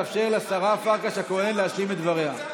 מבחינת המהות שלה היא חשובה ביותר היא באה להגדיר בצורה